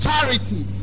charity